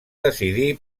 decidí